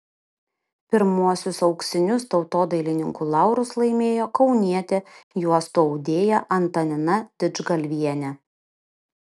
pirmuosius auksinius tautodailininkų laurus laimėjo kaunietė juostų audėja antanina didžgalvienė